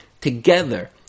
together